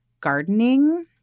gardening